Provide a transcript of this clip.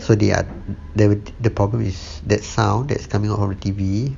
so they are the the problem is that sound that's coming out of the T_V